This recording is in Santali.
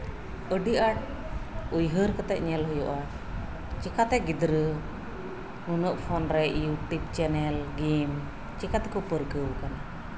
ᱟᱹᱰᱤ ᱟᱸᱴ ᱩᱭᱦᱟᱹᱨ ᱠᱟᱛᱮ ᱧᱮᱞ ᱦᱩᱭᱩᱜᱼᱟ ᱪᱮᱠᱟᱛᱮ ᱜᱤᱫᱽᱨᱟᱹ ᱱᱩᱱᱟᱹᱜ ᱯᱷᱳᱱ ᱨᱮ ᱤᱭᱩᱴᱩᱵ ᱪᱮᱱᱮᱞ ᱜᱮᱢ ᱪᱮᱠᱟᱛᱮᱠᱚ ᱯᱟᱹᱨᱠᱟᱹᱣ ᱟᱠᱟᱱᱟ